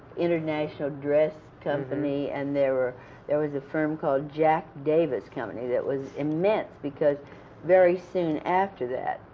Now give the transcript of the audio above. international dress company, and there were there was a firm called jack davis company that was immense because very soon after that,